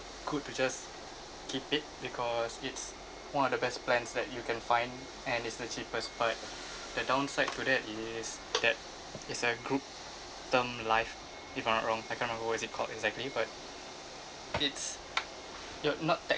good to just keep it because it's one of the best plans that you can find and it's the cheapest but the downside to that is that it's a group term life if I'm not wrong I can't remember what is it called exactly but it's you're not